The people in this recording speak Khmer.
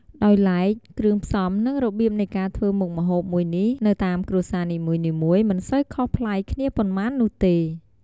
ដោយឡែក គ្រឿងផ្សំនិងរបៀបនៃការធ្វើមុខម្ហូបមួយនេះនៅតាមគ្រួសារនីមួយៗមិនសូវខុសប្លែកគ្នាប៉ុន្មាននោះទេ។